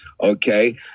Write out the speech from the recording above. okay